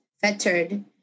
fettered